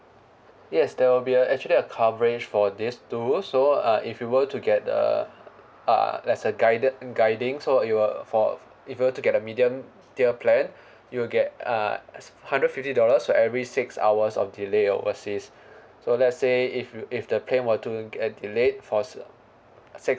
yes there will be a actually a coverage for this too so uh if you were to get uh uh there's a guided guiding so you will for if you were to get a medium tier plan you'll get a s~ hundred fifty dollars for every six hours of delay overseas so let's say if you if the plane were to get delayed for s~ uh six